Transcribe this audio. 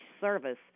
service